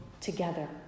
together